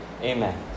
Amen